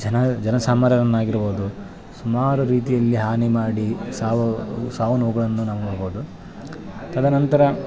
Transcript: ಜನ ಜನ ಸಾಮಾರ್ಯರನ್ನಾಗಿರ್ಬೌದು ಸುಮಾರು ರೀತಿಯಲ್ಲಿ ಹಾನಿ ಮಾಡಿ ಸಾವು ಸಾವು ನೋವುಗಳನ್ನು ನಾವು ನೋಡ್ಬೌದು ತದನಂತರ